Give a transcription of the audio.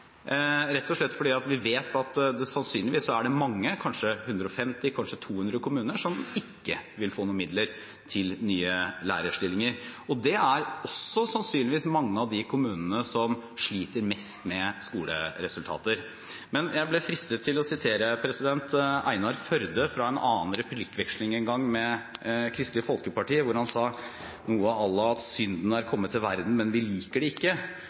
rett og slett fordi vi vet at sannsynligvis er det mange kommuner – kanskje 150–200 – som ikke vil få noen midler til nye lærerstillinger. Det er sannsynligvis mange av de kommunene som sliter mest med skoleresultater. Men jeg blir fristet til å sitere Einar Førde, fra en replikkveksling en gang med Kristelig Folkeparti, da han sa – noe à la: Synden er kommet til verden, men vi liker det ikke.